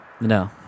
No